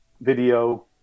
video